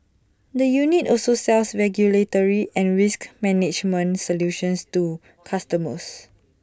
the unit also sells regulatory and risk management solutions to customers